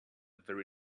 very